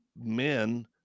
men